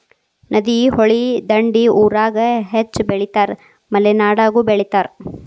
ನದಿ, ಹೊಳಿ ದಂಡಿ ಊರಾಗ ಹೆಚ್ಚ ಬೆಳಿತಾರ ಮಲೆನಾಡಾಗು ಬೆಳಿತಾರ